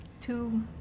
two